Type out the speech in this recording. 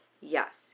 Yes